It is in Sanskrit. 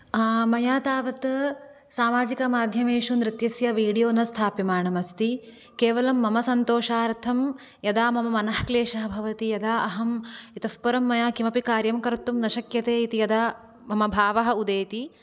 मया तावद् सामाजिकमाध्यमेषु नृत्यस्य वीडियो न स्थाप्यमानम् अस्ति केवलं मम सन्तोषार्थं यदा मनःक्लेशः भवति तदा अहम् इतः परं मया किम् कार्यं कर्तुं न शक्यते इति यदा मम भावः उदेति